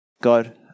God